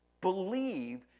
believe